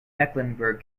mecklenburg